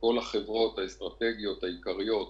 כל החברות האסטרטגיות העיקריות,